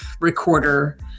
recorder